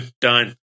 Done